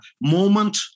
moment